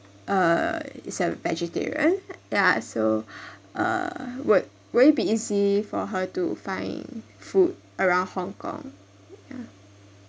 uh is a vegetarian ya so uh would will it be easy for her to find food around hong kong ya